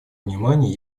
внимание